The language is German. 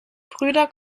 brüder